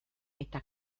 eta